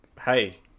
hey